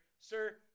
sir